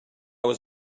was